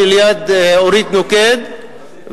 שליד אורית נוקד,